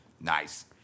Nice